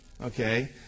okay